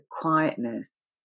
quietness